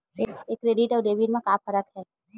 ये क्रेडिट आऊ डेबिट मा का फरक है?